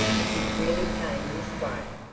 if he really came this way?